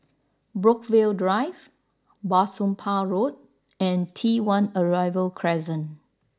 Brookvale Drive Bah Soon Pah Road and T One Arrival Crescent